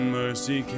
mercy